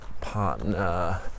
partner